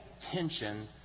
tension